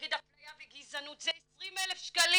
נגד אפליה וגזענות זה 20,000 שקלים